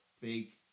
fake